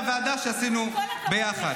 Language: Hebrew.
מהוועדה שעשינו ביחד.